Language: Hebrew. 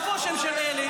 איפה השם של אלי?